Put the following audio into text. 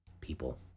people